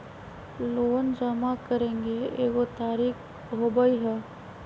Loan जमा करेंगे एगो तारीक होबहई?